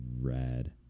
rad